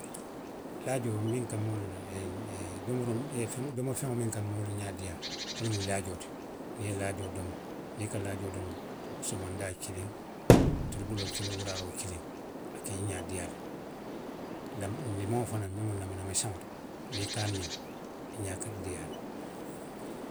Laajoo miŋ ka moolu domoroo domofeŋo miŋ ka moolu ňaa diiyaa, wo lemu laajoo ti. Niŋ i ye laajoo domo, niŋ i ka laajoo domo, somondaa kiliŋ, tilibuloo kiliŋ, wuraaroo kiliŋ, a ka i ňaa diiyaa le. Laŋ, limoŋo fanaŋ miŋ mu leemuna meseŋo ti, niŋ i ka a miŋ, i ňaa ka diiyaa le.